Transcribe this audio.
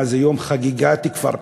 מה, זה יום חגיגה בכפר-קאסם?